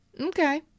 Okay